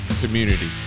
community